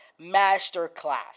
masterclass